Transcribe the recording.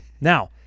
now